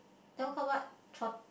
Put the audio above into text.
that one called what trot